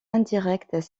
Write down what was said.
indirect